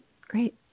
Great